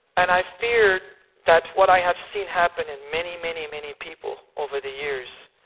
and i fear that what i have seen happen in many many many people over the years,